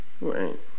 Right